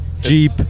Jeep